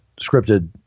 scripted